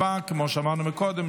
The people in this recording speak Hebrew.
נתקבלה.